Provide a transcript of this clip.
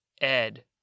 Ed